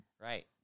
Right